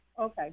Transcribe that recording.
Okay